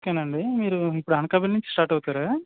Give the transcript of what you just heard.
ఓకేనండి మీరు ఇప్పుడు అనకాపల్లి నుంచి స్టార్ట్ అవుతారా